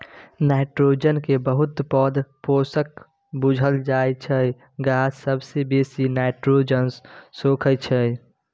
nitrogen केँ बहुत पैघ पौष्टिक बुझल जाइ छै गाछ सबसँ बेसी नाइट्रोजन सोखय छै